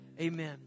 Amen